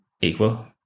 equal